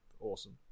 Awesome